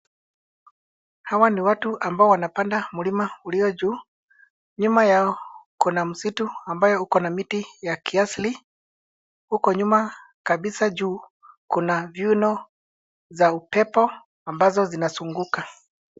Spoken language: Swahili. Hawa ni watu ambao wanapanda mlima uliojuu. Nyuma yao kuna msitu ambao ukona miti ya kiasili, huko nyuma kabisa juu kuna viuno za upepo ambazo zinazunguka.